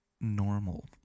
Normal